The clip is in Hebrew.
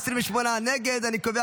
אברהם בוארון, בדיון מוקדם.